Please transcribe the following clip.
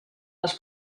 les